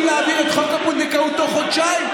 להעביר את חוק הפונדקאות תוך חודשיים.